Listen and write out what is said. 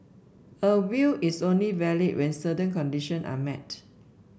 a will is only valid when certain condition are met